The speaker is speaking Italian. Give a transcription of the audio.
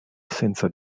senza